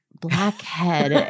blackhead